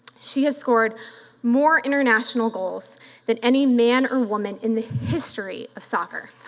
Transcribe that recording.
she has scored more international goals than any man or woman in the history of soccer.